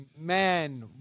man